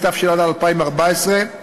התשע"ד 2014,